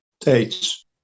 States